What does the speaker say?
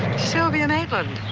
sylvia maitland.